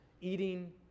eating